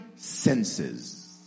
senses